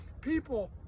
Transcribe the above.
people